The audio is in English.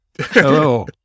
Hello